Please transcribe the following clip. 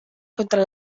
contra